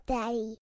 Daddy